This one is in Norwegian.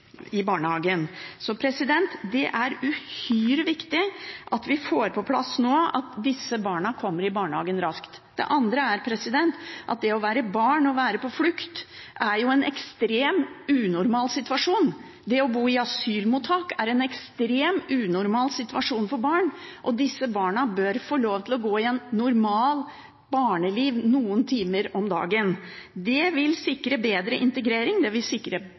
i barnehagen. Så det er uhyre viktig at vi får på plass nå at disse barna kommer i barnehagen raskt. Det andre er at det å være barn og være på flukt jo er en ekstrem, unormal situasjon. Det å bo i asylmottak er en ekstrem, unormal situasjon for barn, og disse barna bør få lov til å leve et normalt barneliv noen timer om dagen. Det vil sikre bedre integrering, det vil sikre